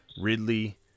Ridley